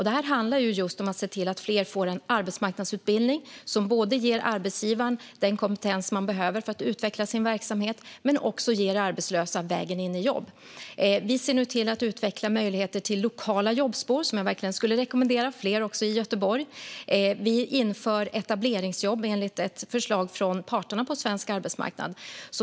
Det handlar just om att se till att fler får en arbetsmarknadsutbildning som både ger arbetsgivaren den kompetens man behöver för att utveckla sin verksamhet och också ger arbetslösa en väg in i jobb. Vi ser nu till att utveckla möjligheter till lokala jobbspår, något som jag verkligen skulle rekommendera fler, också i Göteborg. Vi inför etableringsjobb enligt ett förslag från parterna på svensk arbetsmarknad.